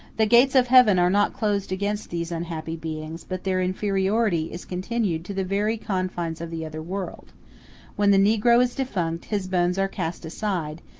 the gates of heaven are not closed against these unhappy beings but their inferiority is continued to the very confines of the other world when the negro is defunct, his bones are cast aside,